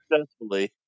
successfully